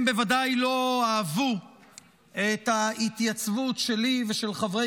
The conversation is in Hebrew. הם בוודאי לא אהבו את ההתייצבות שלי ושל חברי